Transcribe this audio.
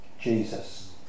Jesus